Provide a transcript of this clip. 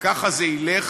וככה זה ילך